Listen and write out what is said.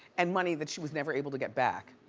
and money that she was never able to get back.